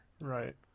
Right